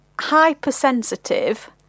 hypersensitive